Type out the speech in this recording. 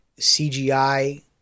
cgi